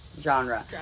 genre